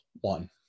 One